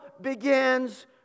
begins